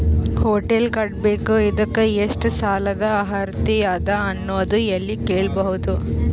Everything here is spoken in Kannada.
ಹೊಟೆಲ್ ಕಟ್ಟಬೇಕು ಇದಕ್ಕ ಎಷ್ಟ ಸಾಲಾದ ಅರ್ಹತಿ ಅದ ಅನ್ನೋದು ಎಲ್ಲಿ ಕೇಳಬಹುದು?